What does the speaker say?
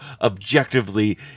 objectively